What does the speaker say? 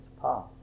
path